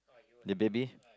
the baby